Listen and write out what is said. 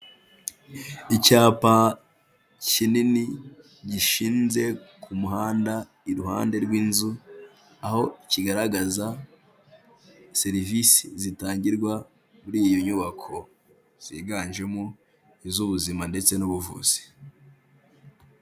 IIcyapa kinini gishinze ku muhanda iruhande rw'inzu, aho kigaragaza serivisi zitangirwa muri iyo nyubako, ziganjemo iz'ubuzima ndetse n'ubuvuzi.